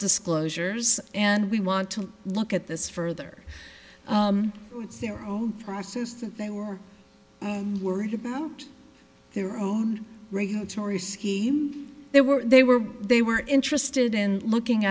disclosures and we want to look at this further it's their own process that they were worried about their own regulatory scheme they were they were they were interested in looking